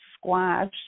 squash